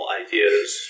ideas